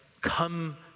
Come